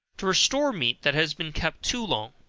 to restore meat that has been kept too long.